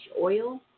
oil